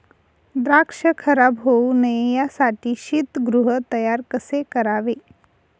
द्राक्ष खराब होऊ नये यासाठी शीतगृह तयार कसे करावे?